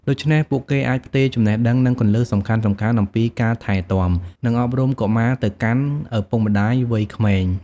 ដូច្នេះ ពួកគេអាចផ្ទេរចំណេះដឹង និងគន្លឹះសំខាន់ៗអំពីការថែទាំ និងអប់រំកុមារទៅកាន់ឪពុកម្ដាយវ័យក្មេង។